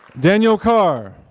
daniel karr